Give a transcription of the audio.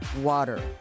water